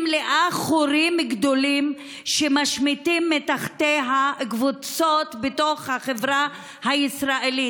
היא מלאה חורים גדולים ששומטים מתחתיה קבוצות בתוך החברה הישראלית,